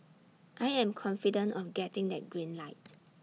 I am confident of getting that green light